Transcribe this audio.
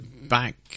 back